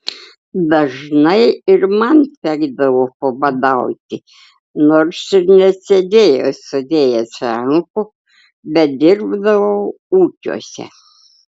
dažnai ir man tekdavo pabadauti nors ir nesėdėjau sudėjęs rankų bet dirbdavau ūkiuose